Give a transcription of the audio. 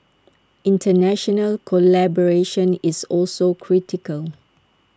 International collaboration is also critical